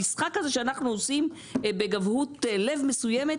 המשחק הזה שאנחנו עושים בגבהות לב מסוימת,